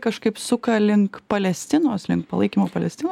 kažkaip suka link palestinos link palaikymo palestina